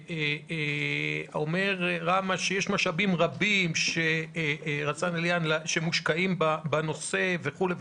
ואומר רמ"א שיש משאבים רבים שמושקעים בנושא וכולי.